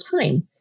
time